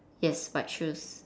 yes white shoes